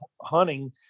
hunting